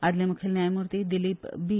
आदले मुखेल न्यायमुर्ती दिलीप बी